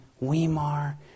Weimar